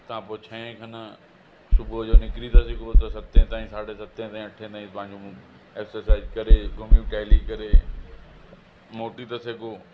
तव्हां पोइ छह खनि सुबुह जो निकिरी था सघो पोइ सते ताईं साढे सते ताईं अठे ताईं पंहिंजो एक्सरसाइज़ करे घुमी टेहली करे मोटी था सघो